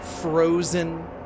frozen